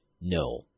No